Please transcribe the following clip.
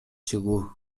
чыгуу